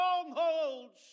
strongholds